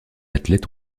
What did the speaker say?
athlètes